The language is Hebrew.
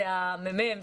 זה הממ"מ,